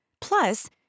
Plus